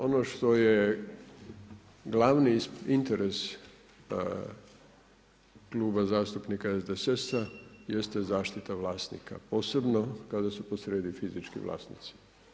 Ono što je glavni interes Kluba zastupnika SDSS-a jeste zaštita vlasnika, posebno kada su posrijedi fizički vlasnici.